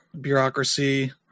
bureaucracy